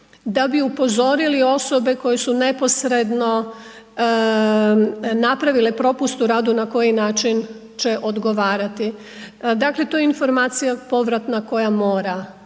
da bi upozorili osobe koje su neposredno napravile propust u radu i na koji način će odgovarati. Dakle to je informacija povratna koja mora